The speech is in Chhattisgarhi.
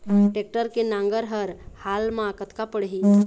टेक्टर के नांगर हर हाल मा कतका पड़िही?